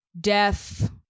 death